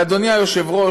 ואדוני היושב-ראש,